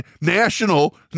National